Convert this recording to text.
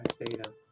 Data